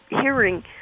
hearing